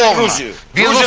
ah receive